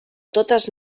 totes